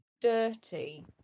dirty